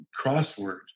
crossword